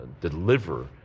deliver